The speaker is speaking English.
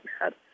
mad